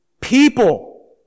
people